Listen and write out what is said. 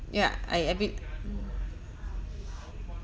yeah I admit